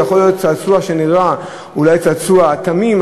זה יכול להיות צעצוע שנראה צעצוע תמים,